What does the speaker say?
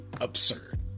absurd